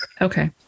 Okay